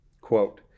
Quote